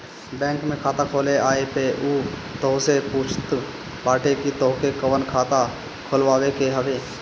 bank में खाता खोले आए पअ उ तोहसे पूछत बाटे की तोहके कवन खाता खोलवावे के हवे